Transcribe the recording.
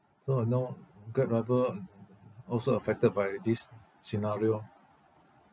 so you know Grab driver also affected by this scenario